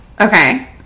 Okay